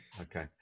okay